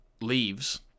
leaves